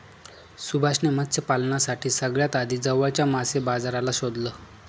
सुभाष ने मत्स्य पालनासाठी सगळ्यात आधी जवळच्या मासे बाजाराला शोधलं